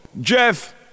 Jeff